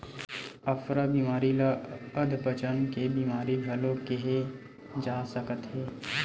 अफरा बेमारी ल अधपचन के बेमारी घलो केहे जा सकत हे